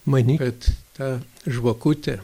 manyk kad ta žvakutė